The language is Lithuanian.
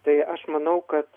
tai aš manau kad